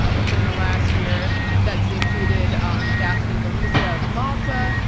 but within the last year that's included um daphne galiziaofmalta,